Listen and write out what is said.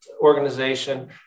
organization